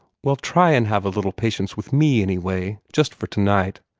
well, try and have a little patience with me, anyway, just for tonight,